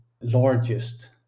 largest